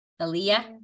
Aaliyah